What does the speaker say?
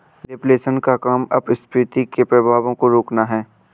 reflation का काम अपस्फीति के प्रभावों को रोकना है